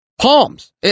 palms